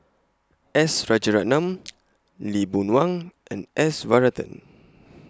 S Rajaratnam Lee Boon Wang and S Varathan